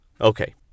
Okay